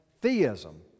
theism